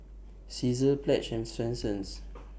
Cesar Pledge and Swensens